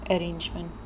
arrangement